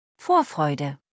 Vorfreude